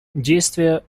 действие